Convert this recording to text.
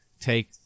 take